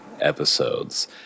episodes